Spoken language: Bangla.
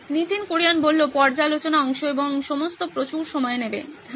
নীতিন কুরিয়ান পর্যালোচনা অংশ এবং এই সমস্ত প্রচুর সময় নেবে হ্যাঁ